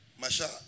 masha